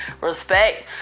Respect